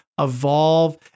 evolve